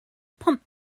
pumped